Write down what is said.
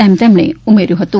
તેમ તેમણે ઉમેર્યું હતું